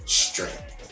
strength